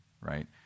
right